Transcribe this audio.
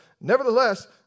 Nevertheless